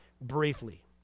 briefly